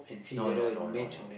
no no no no no